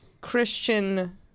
Christian